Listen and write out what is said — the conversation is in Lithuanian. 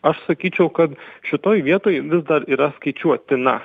aš sakyčiau kad šitoj vietoj vis dar yra skaičiuotina